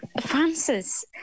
Francis